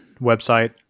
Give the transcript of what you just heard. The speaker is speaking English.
website